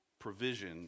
provision